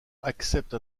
accepte